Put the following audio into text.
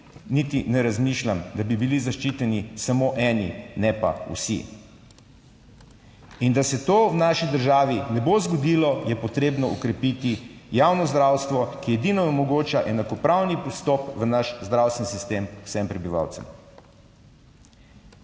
niti ne razmišljam, da bi bili zaščiteni samo eni, ne pa vsi. In da se to v naši državi ne bo zgodilo je potrebno okrepiti javno zdravstvo, ki edino omogoča enakopravni vstop v naš zdravstveni sistem vsem prebivalcem.